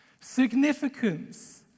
Significance